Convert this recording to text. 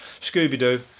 Scooby-Doo